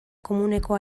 komuneko